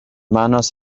manos